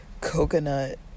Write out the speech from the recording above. coconut